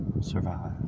survive